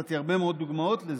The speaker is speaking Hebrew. ונתתי הרבה מאוד דוגמאות לזה,